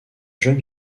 jeune